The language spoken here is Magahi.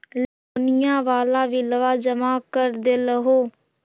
लोनिया वाला बिलवा जामा कर देलहो?